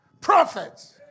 Prophets